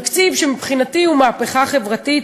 הוא תקציב שמבחינתי הוא מהפכה חברתית,